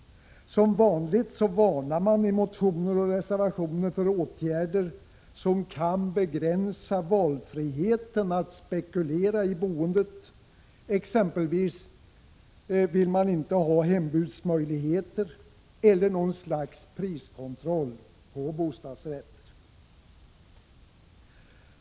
Som vanligt varnar man i motioner och reservationer för åtgärder som kan begränsa valfriheten och friheten att spekulera i boendet. Givetvis vill man inte ha hembudsmöjligheter eller någon annan priskontroll på bostadsrätter.